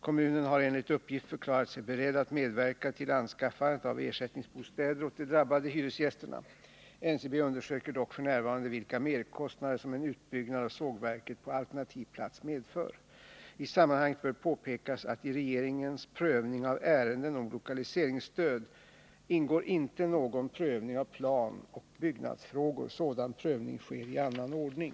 Kommunen har enligt uppgift förklarat sig beredd att medverka till anskaffandet av ersättningsbostäder åt de drabbade hyresgästerna. NCB undersöker dock f. n. vilka merkostnader som en utbyggnad av sågverket på alternativ plats medför. I sammanhanget bör påpekas att i regeringens prövning av ärenden om lokaliseringsstöd ingår inte någon prövning av planoch byggnadsfrågor. Sådan prövning sker i annan ordning.